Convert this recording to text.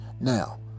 Now